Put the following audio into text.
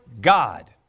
God